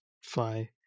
fly